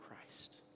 Christ